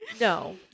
No